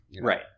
Right